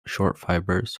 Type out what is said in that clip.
fibers